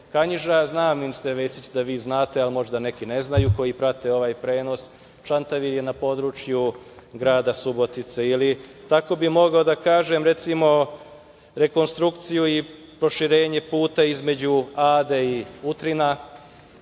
Kanjiža. Znam, ministre Većiću, da vi znate, ali neki ne znaju, koji prate ovaj prenos. Čantavir je na području grada Subotice. Tako bih mogao da kažem, recimo, i za rekonstrukciju i proširenje puta između Ade i Utrina